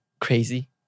crazy